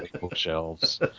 bookshelves